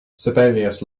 sibelius